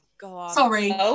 Sorry